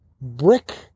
brick